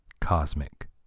Cosmic